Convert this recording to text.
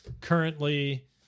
currently